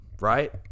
Right